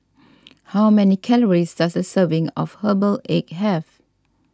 how many calories does a serving of Herbal Egg have